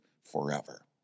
forever